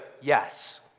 Yes